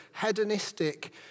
hedonistic